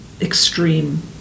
extreme